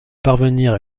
parvenir